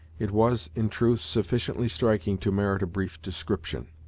it was, in truth, sufficiently striking to merit a brief description.